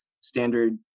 standard